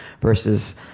versus